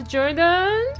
Jordan